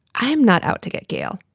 i'm not out to get gail.